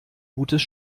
gutes